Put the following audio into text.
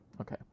Okay